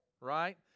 right